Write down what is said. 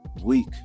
week